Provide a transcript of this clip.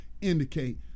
indicate